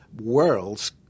worlds